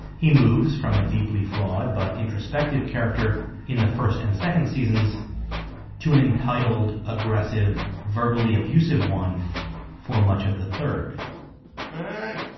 he moves from a deeply flawed but introspective character in the first and second seasons to an entitled aggressive verbally abusive one for much of the third hey.